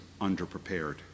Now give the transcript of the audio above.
underprepared